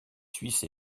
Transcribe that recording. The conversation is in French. suisse